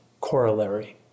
corollary